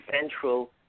central